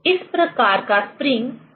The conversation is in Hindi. इस प्रकार का स्प्रिंग टार्जन स्प्रिंग है